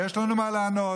ויש לנו מה לענות.